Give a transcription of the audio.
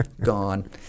gone